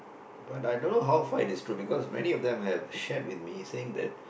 but I don't know how far it is true because many of them have shared with me saying that